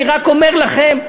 אני רק אומר לכם: